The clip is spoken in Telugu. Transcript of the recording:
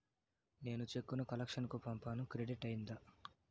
నేను చెక్కు ను కలెక్షన్ కు పంపాను క్రెడిట్ అయ్యిందా